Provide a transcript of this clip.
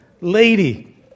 lady